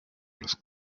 los